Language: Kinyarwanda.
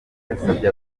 yasabye